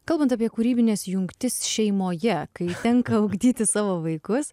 kalbant apie kūrybines jungtis šeimoje kai tenka ugdyti savo vaikus